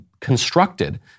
constructed